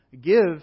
give